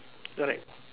correct